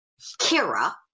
Kira